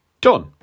Done